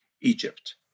Egypt